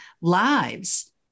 lives